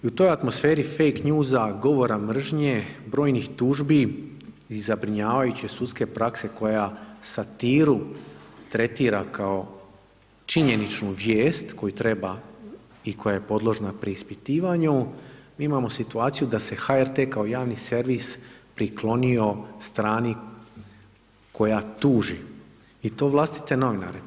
I u toj atmosferi fake newsa, govora mržnje, brojnih tužbi i zabrinjavajuće sudske prakse koja satiru tretira kao činjeničnu vijest koju treba i koja je podložna preispitivanju, mi imamo situaciju da se HRT kao javni servis priklonio strani koja tuži i to vlastite novinare.